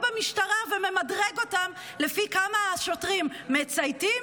במשטרה וממדרג אותם לפי כמה השוטרים הם מצייתים,